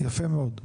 יפה מאוד.